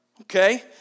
Okay